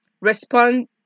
respond